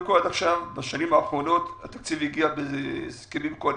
בשנים האחרונות התקציב הגיע בהסכמים קואליציוניים.